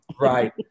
Right